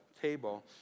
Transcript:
table